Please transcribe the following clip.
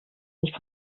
sich